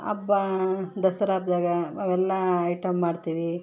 ಹಬ್ಬ ದಸರಾ ಹಬ್ದಾಗ ಅವೆಲ್ಲ ಐಟಮ್ ಮಾಡ್ತೀವಿ